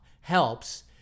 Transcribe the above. helps